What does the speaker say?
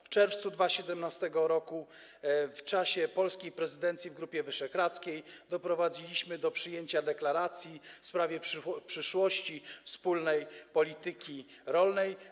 W czerwcu 2017 r. w czasie polskiej prezydencji w Grupie Wyszehradzkiej doprowadziliśmy do przyjęcia deklaracji w sprawie przyszłości wspólnej polityki rolnej.